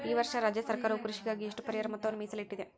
ಈ ವರ್ಷ ರಾಜ್ಯ ಸರ್ಕಾರವು ಕೃಷಿಗಾಗಿ ಎಷ್ಟು ಪರಿಹಾರ ಮೊತ್ತವನ್ನು ಮೇಸಲಿಟ್ಟಿದೆ?